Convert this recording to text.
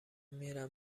میرم